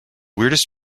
weirdest